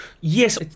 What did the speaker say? Yes